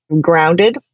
grounded